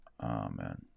Amen